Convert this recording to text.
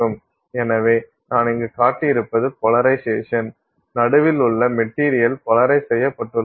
எனவே நான் இங்கு காட்டியிருப்பது போலரைசேஷன் நடுவில் உள்ள மெட்டீரியல் போலரைஸ் செய்யப்பட்டுள்ளது